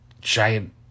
giant